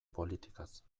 politikaz